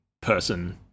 person